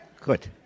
Good